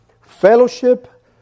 fellowship